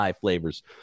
flavors